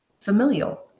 familial